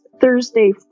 Thursday